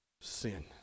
sin